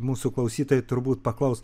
mūsų klausytojai turbūt paklaus